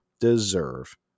deserve